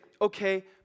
okay